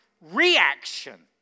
reaction